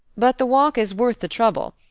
but the walk is worth the trouble.